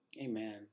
Amen